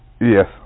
Yes